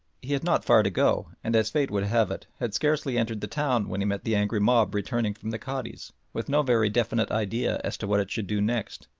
he had not far to go, and as fate would have it, had scarcely entered the town when he met the angry mob returning from the cadi's with no very definite idea as to what it should do next.